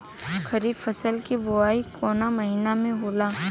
खरीफ फसल क बुवाई कौन महीना में होला?